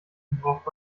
braucht